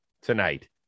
tonight